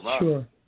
Sure